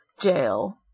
jail